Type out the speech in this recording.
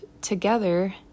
Together